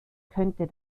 könnte